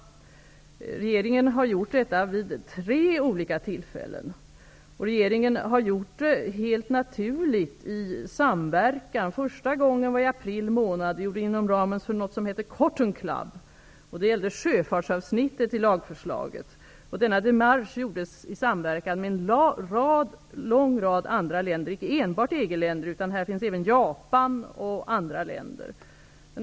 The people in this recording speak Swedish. Regeringen har gjort detta vid tre olika tillfällen. Regeringen har gjort det i helt naturlig samverkan. Första gången var i april månad inom ramen för något som heter Cotton Club. Det gällde sjöfartsavsnittet i lagförslaget. Denna démarche gjordes i samverkan med en lång rad andra länder, icke enbart EG-länder. Här finns även Japan och andra länder med.